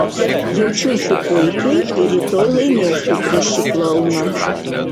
jaučiuosi puikiai ir rytoj laimėsiu prieš šį klouną